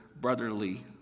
brotherly